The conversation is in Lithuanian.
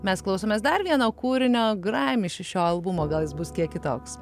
mes klausomės dar vieno kūrinio albumo gal jis bus kiek kitoks